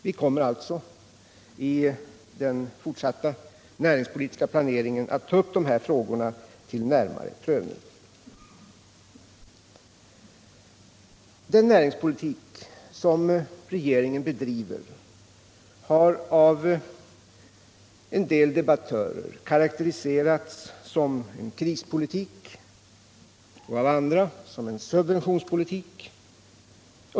Vi kommer alltså att i den fortsatta näringspolitiska planeringen ta upp de här frågorna till närmare prövning. Den näringspolitik som regeringen bedriver har av en del debattörer karakteriserats som en krispolitik och av andra som en subventionspolitik.